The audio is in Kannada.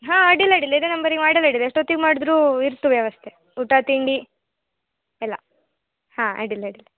ಹಾಂ ಅಡ್ಡಿಲ್ಲ ಅಡ್ಡಿಲ್ಲ ಇದೇ ನಂಬರಿಗೆ ಮಾಡಲಡ್ಡಿಲ್ಲ ಎಷ್ಟೊತ್ತಿಗೆ ಮಾಡಿದ್ರೂ ಇರ್ತು ವ್ಯವಸ್ಥೆ ಊಟ ತಿಂಡಿ ಎಲ್ಲ ಹಾಂ ಅಡ್ಡಿಲ್ಲ ಅಡ್ಡಿಲ್ಲ